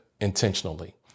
intentionally